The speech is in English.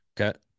okay